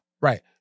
Right